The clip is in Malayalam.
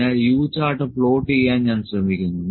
അതിനാൽ U ചാർട്ട് പ്ലോട്ട് ചെയ്യാൻ ഞാൻ ശ്രമിക്കുന്നു